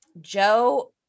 joe